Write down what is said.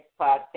podcast